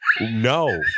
no